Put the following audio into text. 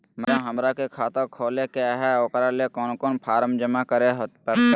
Madam, हमरा के खाता खोले के है उकरा ले कौन कौन फारम जमा करे परते?